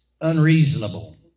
unreasonable